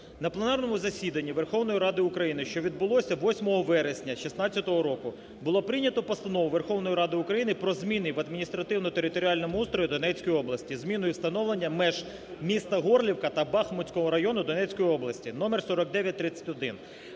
На пленарному засіданні Верховної Ради України, що відбулося 8 вересня 16-го року, була прийнята Постанова Верховної Ради України "Про зміни в адміністративно-територіальному устрої Донецької області, зміну і встановлення меж міста Горлівка та Бахмутського району Донецької області" (номер 4931).